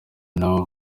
nabo